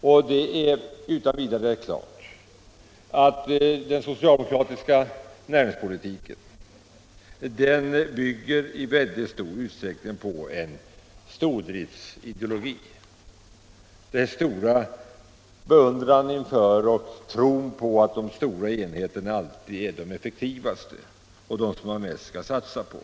Och det är utan vidare klart att den socialdemokratiska näringspolitiken i väldigt stor utsträckning bygger på en stordriftsideologi, en beundran för och tro på att de stora enheterna alltid är effektivast, de som man skall satsa mest på.